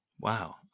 Wow